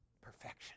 Perfection